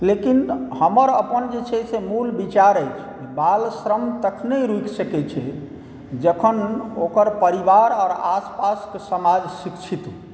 लेकिन हमर अपन जे छै से मुल विचार अछि बाल श्रम तखने रुकि सकै छै जखन ओकर परिवार आ आसपासके समाज शिक्षित हुए